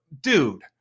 dude